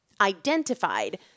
identified